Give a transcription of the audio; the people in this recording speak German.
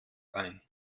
ein